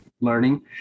learning